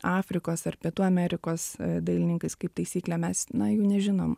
afrikos ar pietų amerikos dailininkais kaip taisyklė mes na jų nežinom